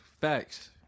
facts